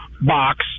box